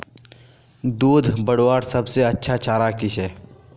दूध बढ़वार सबसे अच्छा चारा की छे?